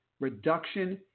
reduction